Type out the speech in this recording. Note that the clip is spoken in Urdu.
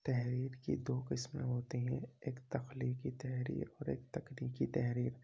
تحریر کی دو قسمیں ہوتی ہیں ایک تخلیقی تحریر اور ایک تکنیکی تحریر